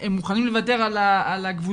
הם מוכנים לוותר על הקבוצתי,